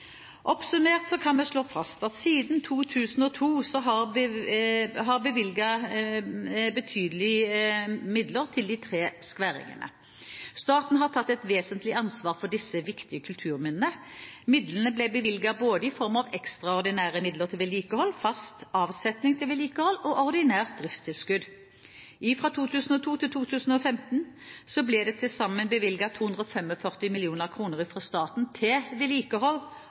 kan vi slå fast at siden 2002 har staten bevilget betydelige midler til de tre skværriggerne. Staten har tatt et vesentlig ansvar for disse viktige kulturminnene. Midlene ble bevilget både i form av ekstraordinære midler til vedlikehold, fast avsetning til vedlikehold og ordinært driftstilskudd. Fra 2002 til 2015 ble det til sammen bevilget 245 mill. kr fra staten til vedlikehold og drift av skværriggerne. I statsbudsjettet for 2015 ble bevilgningene til